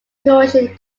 croatian